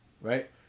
Right